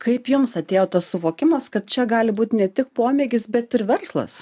kaip jums atėjo tas suvokimas kad čia gali būt ne tik pomėgis bet ir verslas